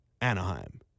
Anaheim